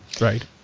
Right